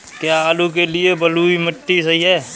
क्या आलू के लिए बलुई मिट्टी सही है?